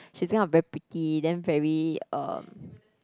she's one of those pretty then very um